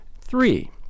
Three